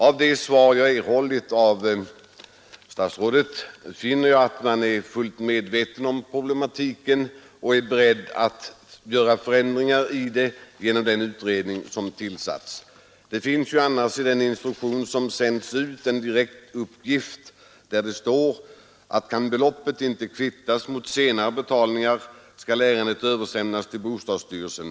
Av det svar jag erhållit av statsrådet finner jag att man är fullt medveten om problematiken och är beredd att göra förändringar genom den utredning som har tillsatts. I den instruktion som sänts ut står det dock att kan beloppet inte kvittas mot senare inbetalningar skall ärendet översändas till bostadsstyrelsen.